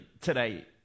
today